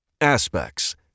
Aspects